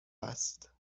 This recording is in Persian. است